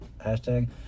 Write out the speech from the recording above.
hashtag